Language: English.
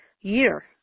year